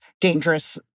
dangerous